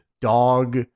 dog